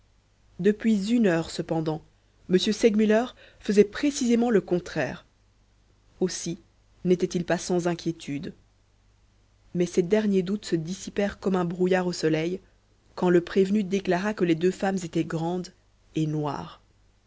depuis une heure cependant m segmuller faisait précisément le contraire aussi n'était-il pas sans inquiétudes mais ses derniers doutes se dissipèrent comme un brouillard au soleil quand le prévenu déclara que les deux femmes étaient grandes et noires